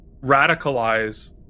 radicalize